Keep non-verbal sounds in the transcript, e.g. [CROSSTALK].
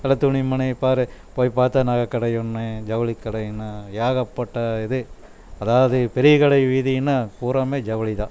[UNINTELLIGIBLE] மனை பாரு போய் பார்த்தா நிறைய கடை என்ன ஜவுளி கடை என்ன ஏகப்பட்ட இது அதாவது பெரிய கடை வீதினா பூராவும் ஜவுளி தான்